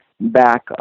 back